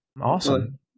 Awesome